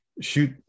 shoot